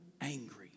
angry